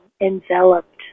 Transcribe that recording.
enveloped